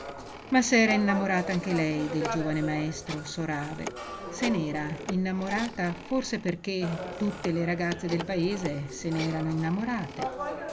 placida ma s'era innamorata anche lei del giovane maestro sorave se n'era innamorata forse perché tutte le ragazze del paese se n'erano innamorate